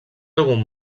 algun